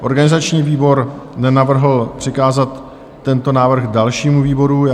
Organizační výbor nenavrhl přikázat tento návrh dalšímu výboru.